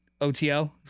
OTL